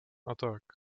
attack